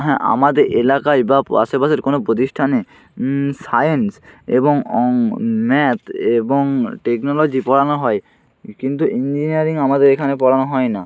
হ্যাঁ আমাদের এলাকায় বা আশেপাশের কোনও প্রতিষ্ঠানে সায়েন্স এবং অংক ম্যাথ এবং টেকনোলজি পড়ানো হয় কিন্তু ইঞ্জিনিয়ারিং আমাদের এখানে পড়ানো হয় না